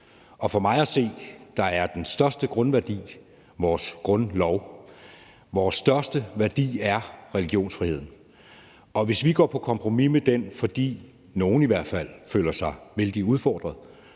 Og for mig at se er den største grundværdi vores grundlov, og vores største værdi er religionsfriheden. Og hvis vi går på kompromis med den, fordi i hvert fald nogle føler sig vældig udfordrede,